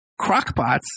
crockpots